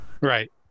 Right